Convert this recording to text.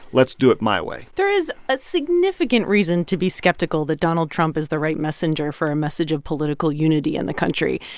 let's do it my way there is a significant reason to be skeptical that donald trump is the right messenger for a message of political unity in the country.